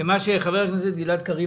שמה שאומר חבר הכנסת גלעד קריב,